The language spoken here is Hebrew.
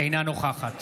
אינה נוכחת